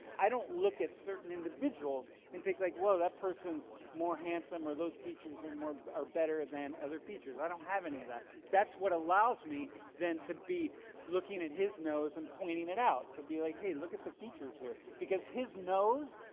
i don't look at certain individuals and think like woah that person's more handsome or those features are better than other features. i don't have any of that. that's what allows me then to be looking at his nose and pointing it out to be like, hey, look at the features here because his nose,